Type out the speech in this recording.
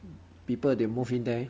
people they move in there